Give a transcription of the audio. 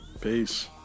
Peace